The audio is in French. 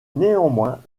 néanmoins